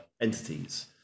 entities